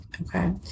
Okay